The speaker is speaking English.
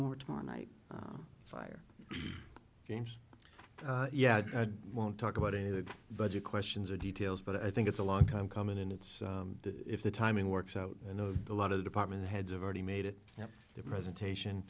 more tomorrow night fire games yeah i won't talk about any of the budget questions or details but i think it's a long time coming and it's if the timing works out you know a lot of the department heads of already made it up their presentation